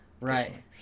Right